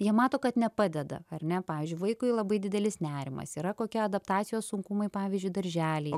jie mato kad nepadeda ar ne pavyzdžiui vaikui labai didelis nerimas yra kokia adaptacijos sunkumai pavyzdžiui darželyje